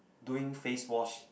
doing face wash